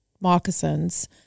moccasins